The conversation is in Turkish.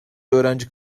öğrenci